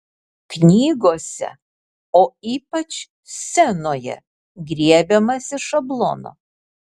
knygose o ypač scenoje griebiamasi šablono